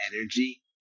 energy